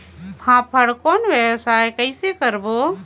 फाफण कौन व्यवसाय कइसे करबो?